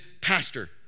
pastor